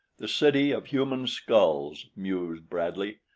the city of human skulls, mused bradley.